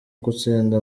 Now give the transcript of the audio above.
gutsinda